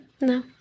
No